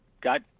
got